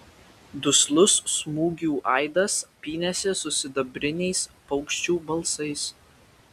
duslus smūgių aidas pynėsi su sidabriniais paukščių balsais